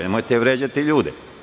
Nemojte vređati ljude.